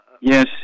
Yes